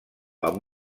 amb